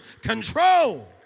control